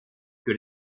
que